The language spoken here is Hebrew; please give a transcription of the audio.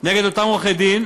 נגד אותם עורכי-דין,